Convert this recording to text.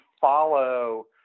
follow